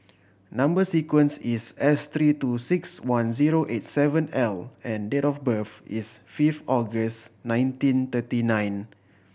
number sequence is S three two six one zero eight seven L and date of birth is fifth August nineteen thirty nine